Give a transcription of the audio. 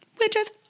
witches